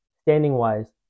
standing-wise